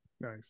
Nice